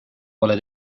pole